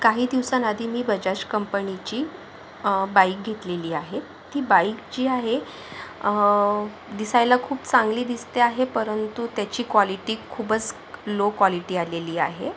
काही दिवसांआधी मी बजाज कंपनीची बाईक घेतलेली आहे ती बाईक जी आहे दिसायला खूप चांगली दिसते आहे परंतु त्याची क्वॉलिटी खूपच लो क्वॉलिटी आलेली आहे